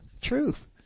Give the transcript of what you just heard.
truth